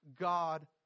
God